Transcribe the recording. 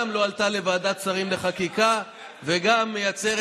גם לא עלתה לוועדת השרים לחקיקה וגם מייצרת